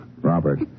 Robert